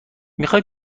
میخای